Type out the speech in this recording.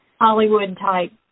Hollywood-type